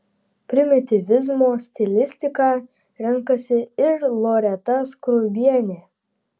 primityvizmo stilistiką renkasi ir loreta skruibienė